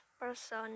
person